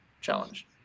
challenge